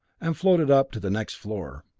and floated up to the next floor.